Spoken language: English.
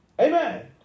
Amen